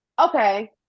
Okay